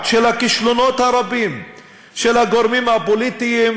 של הכישלונות הרבים של הגורמים הפוליטיים,